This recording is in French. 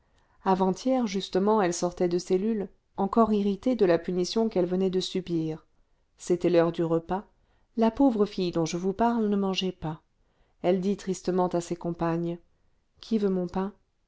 avant-hier justement elle sortait de cellule encore irritée de la punition qu'elle venait de subir c'était l'heure du repas la pauvre fille dont je vous parle ne mangeait pas elle dit tristement à ses compagnes qui veut mon pain